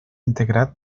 integrat